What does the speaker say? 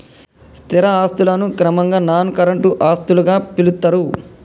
స్థిర ఆస్తులను క్రమంగా నాన్ కరెంట్ ఆస్తులుగా పిలుత్తరు